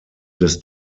des